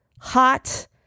hot